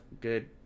good –